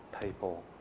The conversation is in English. people